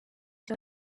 cya